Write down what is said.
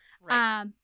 Right